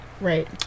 right